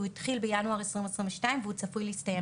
המחקר התחיל בינואר 2022 והוא צפוי להסתיים